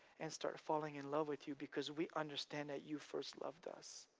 and start falling in love with you, because we understand that you first loved us.